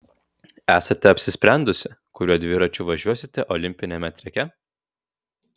esate apsisprendusi kuriuo dviračiu važiuosite olimpiniame treke